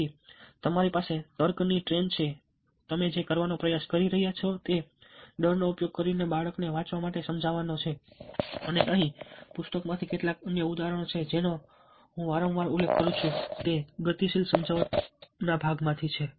તેથી તમારી પાસે તર્કની ટ્રેન છે તમે જે કરવાનો પ્રયાસ કરી રહ્યા છો તે ડરનો ઉપયોગ કરીને બાળકને વાંચવા માટે સમજાવવાનો છે અને અહીં પુસ્તકમાંથી કેટલાક અન્ય ઉદાહરણો છે જેનો હું વારંવાર ઉલ્લેખ કરું છું તે ગતિશીલ સમજાવટમાંથી છે